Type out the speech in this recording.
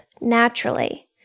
naturally